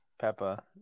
Peppa